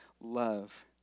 love